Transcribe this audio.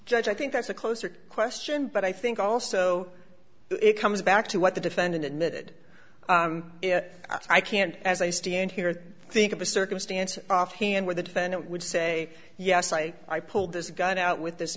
judge i think that's a closer question but i think also it comes back to what the defendant admitted if i can as i stand here think of a circumstance offhand where the defendant would say yes i i pulled this gun out with this